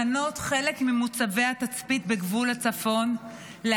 התצפית בגבול הצפון.